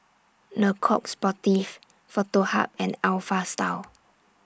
Le Coq Sportif Foto Hub and Alpha Style